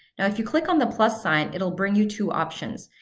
if you click on the plus sign it'll bring you to options.